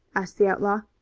asked the outlaw.